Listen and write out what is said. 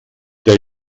der